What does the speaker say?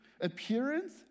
appearance